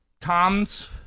Tom's